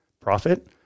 profit